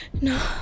No